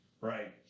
Right